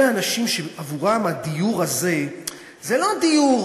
אלה אנשים שעבורם הדיור הזה זה לא הדיור,